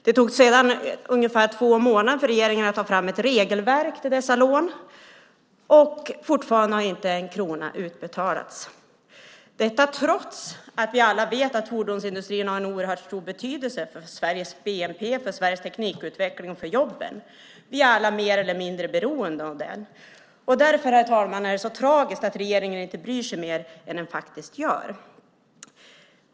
Det tog sedan ungefär två månader för regeringen att ta fram ett regelverk för dessa lån. Fortfarande har inte en krona utbetalats - detta trots att vi vet alla vet att fordonsindustrin har en oerhört stor betydelse för Sveriges bnp, för Sveriges teknikutveckling och för jobben. Vi är alla mer eller mindre beroende av den. Därför, herr talman, är det så tragiskt att regeringen inte bryr sig mer än den faktiskt gör.